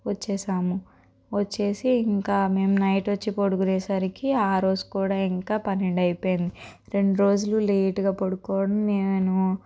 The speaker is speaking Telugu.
వచ్చేసాము వచ్చేసి ఇంకా మేము నైట్ వచ్చి పడుకొనే సరికి ఆ రోజు కూడా ఇంకా పన్నెండయిపోయింది రెండు రోజులు లేటుగా పడుకొని నేను